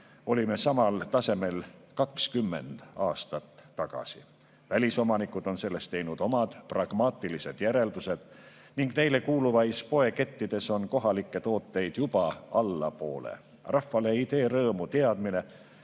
olime samal tasemel 20 aastat tagasi. Välisomanikud on sellest teinud omad pragmaatilised järeldused ning neile kuuluvais poekettides on kohalikke tooteid juba alla poole. Rahvale ei tee rõõmu teadmine,